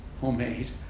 homemade